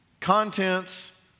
contents